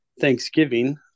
Thanksgiving